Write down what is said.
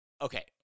Okay